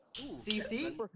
CC